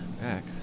Back